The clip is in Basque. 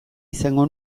izango